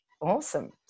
awesome